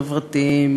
חברתיים,